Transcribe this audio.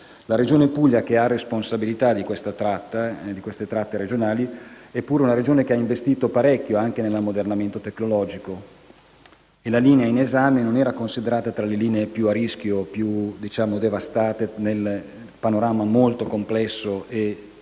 La Regione Puglia, che ha responsabilità di queste tratte regionali, ha investito parecchio nell'ammodernamento tecnologico e quella in esame non era considerata tra le linee più a rischio o più devastate nel panorama, molto complesso e poco